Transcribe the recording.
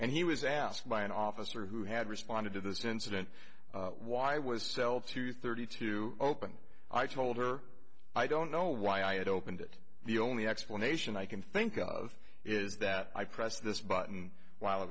and he was asked by an officer who had responded to this incident why was sell two thirty two open i told her i don't know why i had opened it the only explanation i can think of is that i press this button while i